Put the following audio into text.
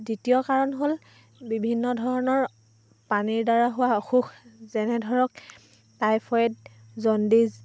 দ্বিতীয় কাৰণ হ'ল বিভিন্ন ধৰণৰ পানীৰ দ্বাৰা হোৱা অসুখ যেনে ধৰক টাইফয়েড জণ্ডিছ